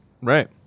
Right